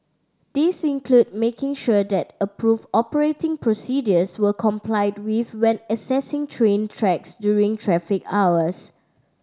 these include making sure that approved operating procedures were complied with when accessing train tracks during traffic hours